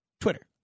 Twitter